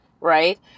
Right